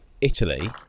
Italy